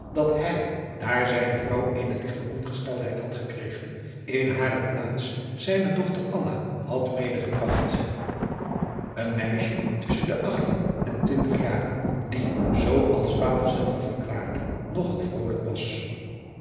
dat hij daar zijne vrouw eene ligte ongesteldheid had gekregen in hare plaats zijne dochter anna had medegebragt een meisje tusschen de achttien en twintig jaren die zoo als vader zelve verklaarde nog al vrolijk was